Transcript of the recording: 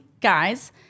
guys